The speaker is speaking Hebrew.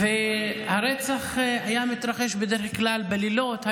הרצח היה מתרחש בדרך כלל בלילות,